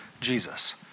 Jesus